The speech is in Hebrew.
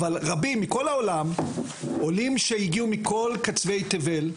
אבל רבים מכל העולם, עולים שהגיעו מכל קצווי תבל,